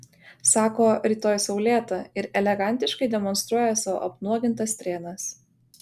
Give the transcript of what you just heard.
sako rytoj saulėta ir elegantiškai demonstruoja savo apnuogintas strėnas